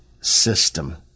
system